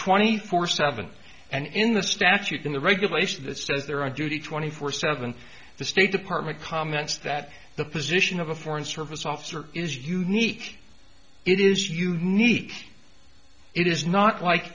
twenty four seventh's and in the statute in the regulation that says they're on duty twenty four seven the state department comments that the position of a foreign service officer is unique it is unique it is not like